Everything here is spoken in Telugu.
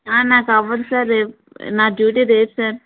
నాకు అవ్వదు సార్ రే నా డ్యూటీ రేపు సార్